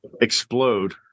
explode